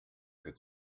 could